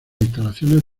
instalaciones